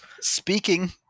Speaking